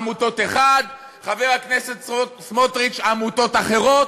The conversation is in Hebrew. חוק עמותות אחד, חבר הכנסת סמוטריץ, עמותות אחרות.